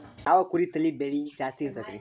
ಯಾವ ಕುರಿ ತಳಿ ಬೆಲೆ ಜಾಸ್ತಿ ಇರತೈತ್ರಿ?